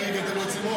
לא, ועדת בריאות.